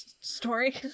Story